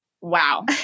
wow